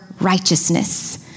righteousness